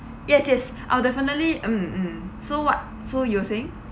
yes yes I'll definitely mm mm so what so you were saying